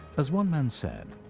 as one man said.